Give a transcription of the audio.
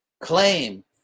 claim